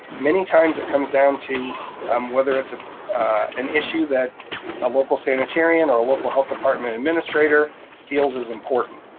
many times it comes down to um whether it's ah an issue that a local sanitarian or a local health department administrator feels is important.